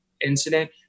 incident